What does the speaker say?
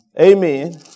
Amen